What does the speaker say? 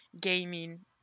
gaming